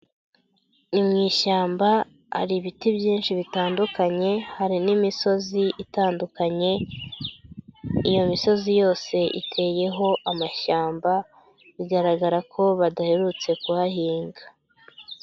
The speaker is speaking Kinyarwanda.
Ni mu ishyamba hari ibiti byinshi bitandukanye hari n'imisozi itandukanye, iyo misozi yose iteyeho amashyamba bigaragara ko badaherutse kuhahinga.